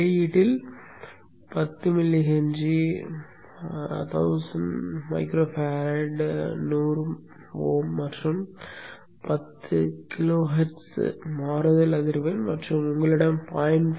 வெளியீட்டில் 10 mH 1000 μF 100Ω மற்றும் 10 kHz மாறுதல் அதிர்வெண் மற்றும் உங்களிடம் 0